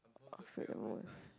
afraid almost